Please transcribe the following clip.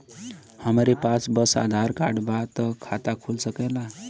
हमरे पास बस आधार कार्ड बा त खाता खुल सकेला?